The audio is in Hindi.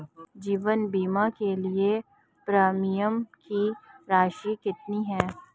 जीवन बीमा के लिए प्रीमियम की राशि कितनी है?